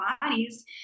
bodies